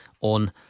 On